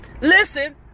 Listen